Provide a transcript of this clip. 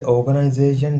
organization